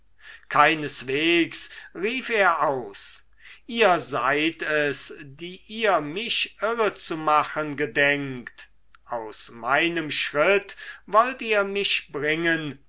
keineswegs rief er aus ihr seid es die ihr mich irrezumachen gedenkt aus meinem schritt wollt ihr mich bringen